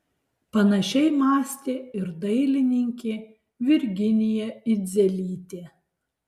panašiai mąstė ir dailininkė virginija idzelytė